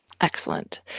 Excellent